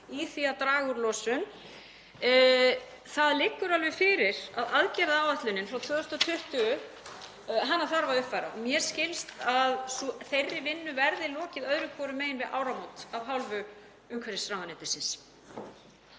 í því að draga úr losun. Það liggur alveg fyrir að aðgerðaáætlunin frá 2020 þarf að uppfæra og mér skilst að þeirri vinnu verði lokið öðru hvorum megin við áramót af hálfu umhverfisráðuneytisins.